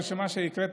הרשימה שהקראת,